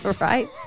right